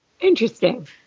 Interesting